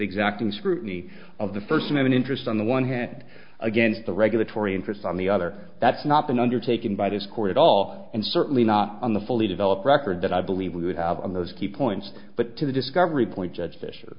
exacting scrutiny of the first move in interest on the one hand against the regulatory interest on the other that's not been undertaken by this court at all and certainly not on the fully developed record that i believe we would have on those key points but to the discovery point judge fisher